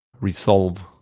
resolve